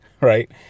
right